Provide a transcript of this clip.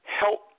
help